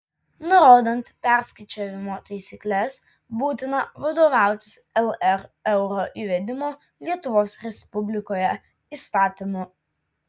nurodant perskaičiavimo taisykles būtina vadovautis lr euro įvedimo lietuvos respublikoje įstatymu